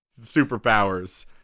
superpowers